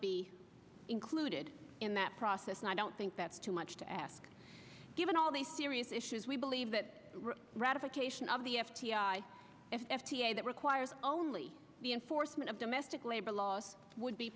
be included in that process and i don't think that's too much to ask given all the serious issues we believe that ratification of the f b i f d a that requires only the enforcement of domestic labor laws it would be